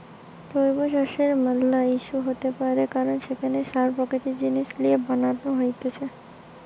জৈব চাষের ম্যালা ইস্যু হইতে পারে কারণ সেখানে সার প্রাকৃতিক জিনিস লিয়ে বানান হতিছে